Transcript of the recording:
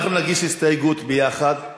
ברוח הדברים שדיבר חבר הכנסת נסים זאב